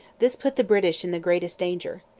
this put the british in the greatest danger.